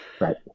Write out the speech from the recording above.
Right